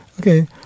Okay